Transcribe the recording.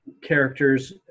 characters